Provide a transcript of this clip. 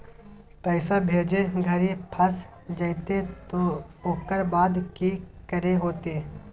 पैसा भेजे घरी फस जयते तो ओकर बाद की करे होते?